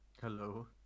Hello